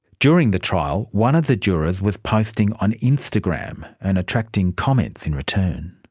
during the trial one of the jurors was posting on instagram and attracting comments in return.